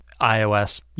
iOS